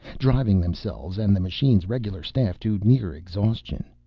driving themselves and the machine's regular staff to near-exhaustion.